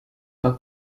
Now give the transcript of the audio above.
pas